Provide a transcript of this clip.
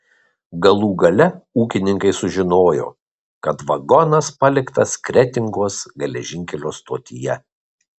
galų gale ūkininkai sužinojo kad vagonas paliktas kretingos geležinkelio stotyje